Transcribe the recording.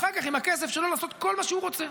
ואחר כך עם הכסף שלו לעשות כל מה שהוא רוצה.